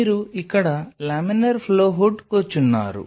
మీరు ఇక్కడ laminar flow hood కూర్చున్నారు